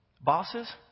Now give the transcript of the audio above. Bosses